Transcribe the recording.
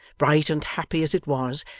bright and happy as it was,